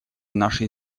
нашей